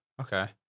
Okay